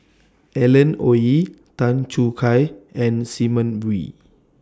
Alan Oei Tan Choo Kai and Simon Wee